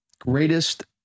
greatest